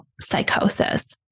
psychosis